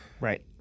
right